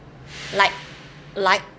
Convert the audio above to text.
like like